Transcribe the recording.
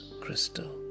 crystal